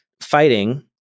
fighting